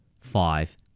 five